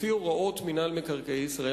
לפי הוראות מינהל מקרקעי ישראל,